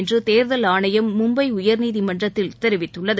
என்று தேர்தல் ஆணையம் மும்பை உயர்நீதிமன்றத்தில் தெரிவித்துள்ளது